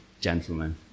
gentlemen